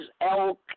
elk